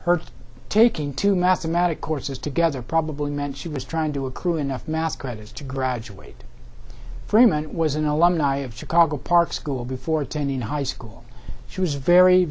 hurt taking two mathematic courses together probably meant she was trying to accrue enough mass credits to graduate freeman was an alumni of chicago park school before attending high school she was very